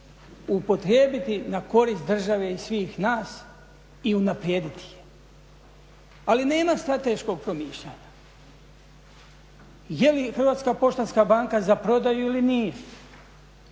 upotrijebiti na korist države i svih nas i unaprijediti je. Ali nema strateškog promišljanja. Je li Hrvatska poštanska banka za prodaju ili nije?